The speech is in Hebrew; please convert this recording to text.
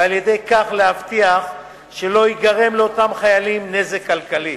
ועל-ידי כך להבטיח שלא ייגרם לאותם חיילים נזק כלכלי.